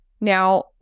Now